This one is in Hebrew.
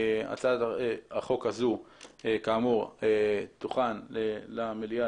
הצעת החוק הזו כאמור תוכן למליאה